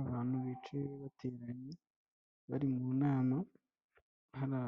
Abantu bicaye bateranye bari mu nama, hari